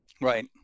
Right